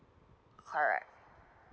correct